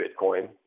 Bitcoin